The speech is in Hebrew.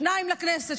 שניים לכנסת,